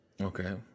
okay